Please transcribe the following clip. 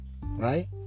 Right